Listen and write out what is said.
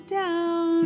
down